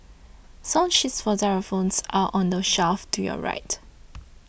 song sheets for xylophones are on the shelf to your right